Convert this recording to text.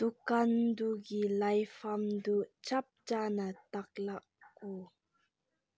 ꯗꯨꯀꯥꯟꯗꯨꯒꯤ ꯂꯩꯐꯝꯗꯨ ꯆꯞ ꯆꯥꯅ ꯇꯥꯛꯂꯛꯎ